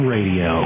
Radio